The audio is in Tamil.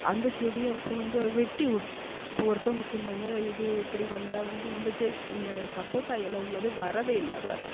அந்தச் செடியை அப்புறம் வந்து அதை வெட்டிவிட் இப்போ ஒருத்தவங்க சொன்னாங்க இது இப்படி வந்தால் வந்து இந்த செ இந்த சப்போட்டா இல உள்ளது வரவே இல்லை அவ்வளோ வா